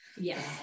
Yes